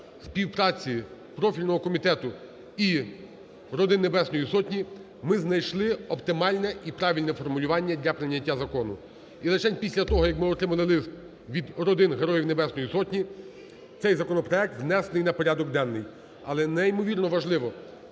співпраці профільного комітету і родин Небесної Сотні ми знайшли оптимальне і правильне формулювання для прийняття закону. І лишень після того, як ми отримали лист від родин Героїв Небесної Сотні, цей законопроект внесений на порядок денний. Але неймовірно важливо,